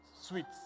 sweets